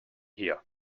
here